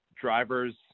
drivers